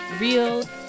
real